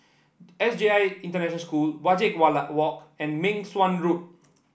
S J I International School Wajek Walk and Meng Suan Road